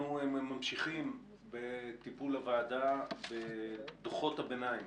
אנחנו ממשיכים בטיפול הוועדה בדוחות הביניים,